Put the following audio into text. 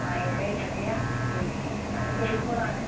ആ എവിടെ എവിടെയാണ് ഞങ്ങൾ കോഴിക്കോടാണ്